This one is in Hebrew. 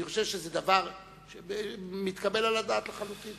אני חושב שזה דבר מתקבל על הדעת לחלוטין.